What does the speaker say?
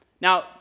Now